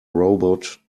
robot